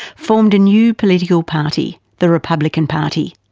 formed a new political party, the republican party,